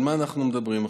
על מה אנחנו מדברים עכשיו?